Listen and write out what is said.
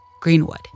Greenwood